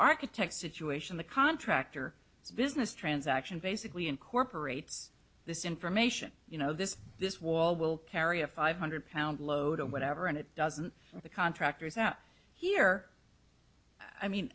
architect situation the contractor it's a business transaction basically incorporates this information you know this this wall will carry a five hundred pound load or whatever and it doesn't the contractors out here i mean